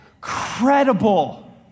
Credible